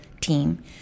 team